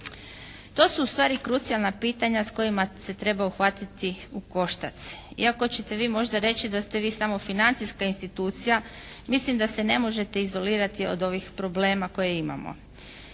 To su ustvari krucijalna pitanja s kojima se treba uhvatiti u koštac. Iako ćete vi možda reći da ste vi samo financijska institucija mislim da se ne možete izolirati od ovih problema koje imamo.